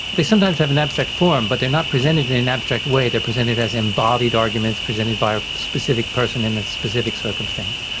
they sometimes have an abstract form, but they're not presented in an abstract way, they're presented as embodied arguments, presented by a specific person in a specific circumstance.